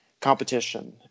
competition